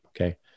Okay